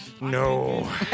No